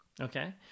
Okay